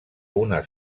una